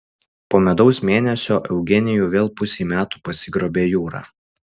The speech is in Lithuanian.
po medaus mėnesio eugenijų vėl pusei metų pasigrobė jūra